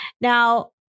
Now